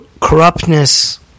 corruptness